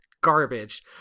Garbage